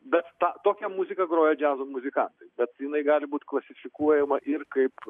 bet tą tokią muziką groja džiazo muzikantai bet jinai gali būt klasifikuojama ir kaip